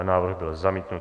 Návrh byl zamítnut.